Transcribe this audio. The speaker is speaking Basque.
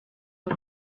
dut